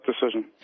decision